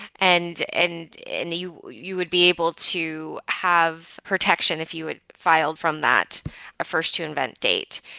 and and and you you would be able to have protection if you had filed from that first to invent date.